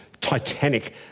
titanic